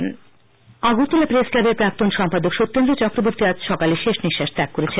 press club Agartala press ক্লাবের প্রাক্তন সম্পাদক সত্যেন্দ্র চক্রবর্তী আজ সকালে শেষ নিশ্বাস ত্যাগ করেন